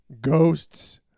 ghosts